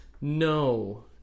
no